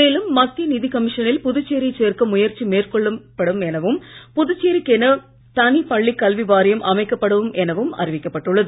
மேலும் மத்திய நிதிக் கமிஷனில் புதுச்சேரியை சேர்க்க முயற்சி செய்யப்படும் எனவும் புதுச்சேரிக்கு என தனி பள்ளிக் கல்வி வாரியம் அமைக்கப்படும் எனவும் அறிவிக்கப்பட்டுள்ளது